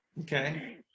okay